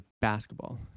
basketball